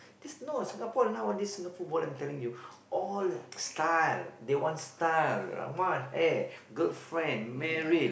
this no Singapore nowadays Singapore football I'm telling you all style they want style they want hair girlfriend married